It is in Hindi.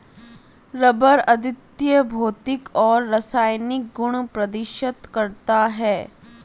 रबर अद्वितीय भौतिक और रासायनिक गुण प्रदर्शित करता है